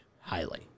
Highly